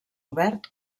obert